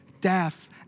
death